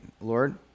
Lord